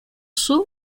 sue